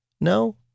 no